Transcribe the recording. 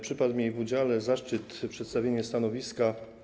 Przypadł mi w udziale zaszczyt przedstawienia stanowiska.